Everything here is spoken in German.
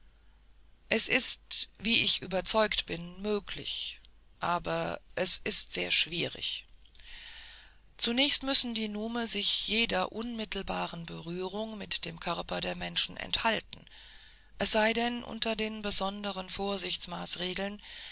es ist wie ich überzeugt bin möglich aber es ist sehr schwierig zunächst müssen die nume sich jeder unmittelbaren berührung mit dem körper der menschen enthalten es sei denn unter den besonderen vorsichtsmaßregeln